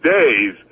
days